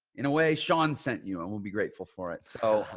in a way sean sent you and we'll be grateful for it. so,